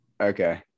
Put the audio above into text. Okay